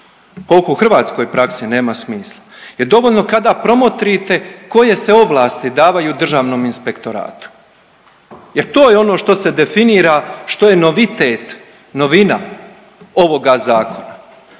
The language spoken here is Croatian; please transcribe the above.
koliko u hrvatskoj praksi nema smisla, jel dovoljno kada promotrite koje se ovlasti davaju Državnom inspektoratu jer to je ono što se definira što je novitet, novina ovoga zakona.